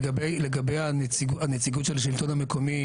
לגבי הנציגות של השלטון המקומי,